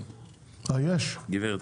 גברת.